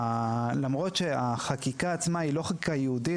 למרות שהחקיקה עצמה היא לא חקיקה ייעודית,